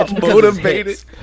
motivated